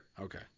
Okay